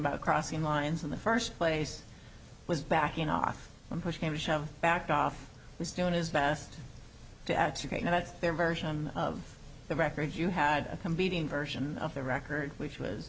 about crossing lines in the first place was backing off push came to shove backed off was doing his best to execute and that's their version of the record you had him beating version of the record which was